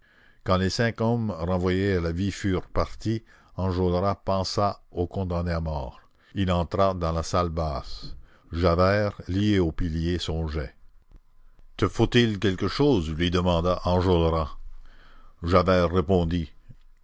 quand les cinq hommes renvoyés à la vie furent partis enjolras pensa au condamné à mort il entra dans la salle basse javert lié au pilier songeait te faut-il quelque chose lui demanda enjolras javert répondit